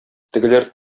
тегеләр